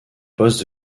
poste